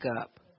up